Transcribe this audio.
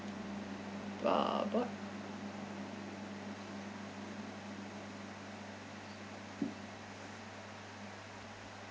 uh bought